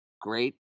great